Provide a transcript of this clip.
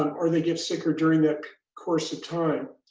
um or they get sicker during that course of time.